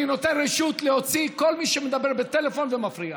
אני נותן רשות להוציא את כל מי שמדבר בטלפון ומפריע.